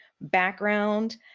background